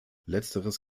letzteres